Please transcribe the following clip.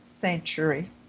century